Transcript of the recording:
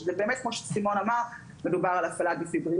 שזה באמת כמו שאמר חבר הכנסת דוידסון מדובר על הפעלת דפיברילטור,